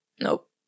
Nope